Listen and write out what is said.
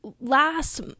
last